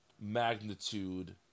magnitude